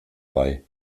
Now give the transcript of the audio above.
bei